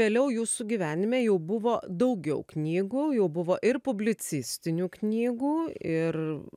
vėliau jūsų gyvenime jau buvo daugiau knygų jau buvo ir publicistinių knygų ir